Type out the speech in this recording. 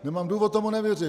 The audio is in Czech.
Nemám důvod tomu nevěřit.